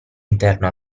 interno